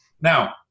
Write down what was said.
Now